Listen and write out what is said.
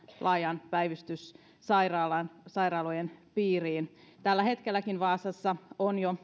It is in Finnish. laajan päivystyksen sairaalojen piiriin tällä hetkelläkin vaasassa on jo